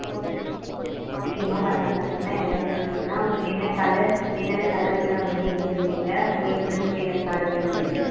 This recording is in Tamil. ஓகே ஓகேம்மா அதெல்லாம் பண்ணிடலாம் எல்லாமே பண்ணிடலாம் உங்களுக்கு என்ன கலர்ஸ் என்னென்ன கலர் வேணும் அப்படின்னு நீங்களே சொல்லிவிடுங்க உங்களுக்கு இந்தந்த ரூமுக்கு என்னென்ன கலர் வேணும் அப்படின்னு